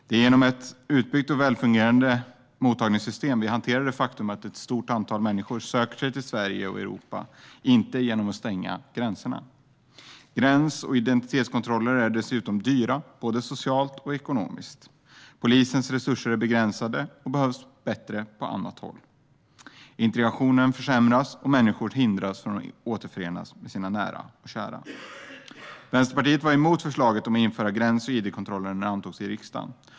Det är genom ett utbyggt och välfungerande mottagningssystem vi hanterar det faktum att ett stort antal människor söker sig till Sverige och Europa, inte genom att stänga gränserna. Gräns och identitetskontroller är dessutom dyra, både socialt och ekonomiskt. Polisens resurser är begränsade och behövs bättre på annat håll. Integrationen försämras, och människor hindras från att återförenas med sina nära och kära. Vänsterpartiet var emot förslaget om att införa gräns och id-kontroller när det antogs i riksdagen.